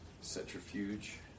centrifuge